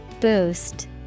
Boost